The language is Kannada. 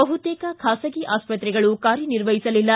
ಬಹುತೇಕ ಖಾಸಗಿ ಆಸ್ಪತ್ರೆಗಳು ಕಾರ್ಯನಿರ್ವಹಿಸಲಿಲ್ಲ